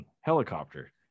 helicopter